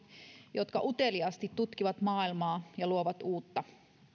jotka uteliaasti tutkivat maailmaa ja luovat uutta